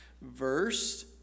verse